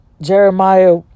Jeremiah